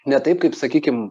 ne taip kaip sakykim